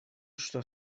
что